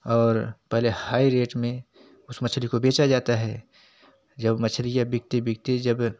और पहले high rate में उस मछली को बेचा जाता है जब मछलियाँ बिकते बिकते जब